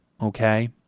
okay